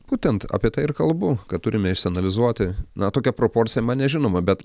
būtent apie tai ir kalbu kad turime išsianalizuoti na tokia proporcija man nežinoma bet